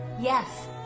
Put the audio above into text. Yes